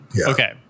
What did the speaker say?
Okay